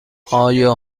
آیا